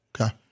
Okay